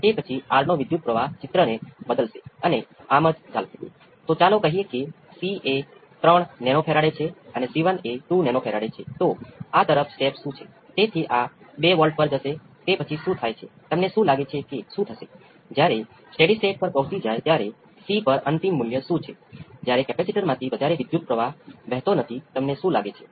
તેથી આ ચોક્કસ કિસ્સામાં ચાલો કહીએ કે કેપેસિટર વોલ્ટેજ પરની પ્રારંભિક સ્થિતિ V c ઓફ 0 જે V c ઓફ 0 છે